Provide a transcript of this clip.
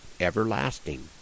everlasting